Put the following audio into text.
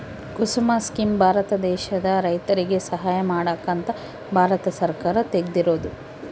ಕುಸುಮ scheme Bharat ದೇಶದ ರೈತರಿಗೆ ಸಹಾಯ ಮಾಡಕ ಅಂತ ಭಾರತ ಸರ್ಕಾರ ತೆಗ್ದಿರೊದು